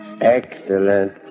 Excellent